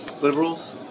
Liberals